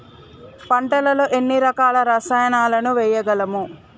పంటలలో ఎన్ని రకాల రసాయనాలను వేయగలము?